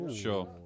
sure